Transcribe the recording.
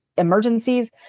emergencies